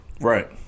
Right